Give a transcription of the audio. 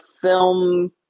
film